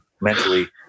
mentally